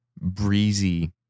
breezy